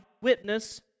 witness